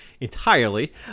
entirely